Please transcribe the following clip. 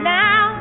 now